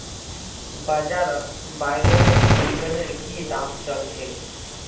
बाजारत ब्रायलर चिकनेर की दाम च ल छेक